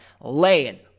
laying